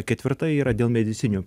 ketvirta yra dėl medicininių